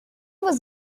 was